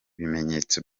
bimenyetso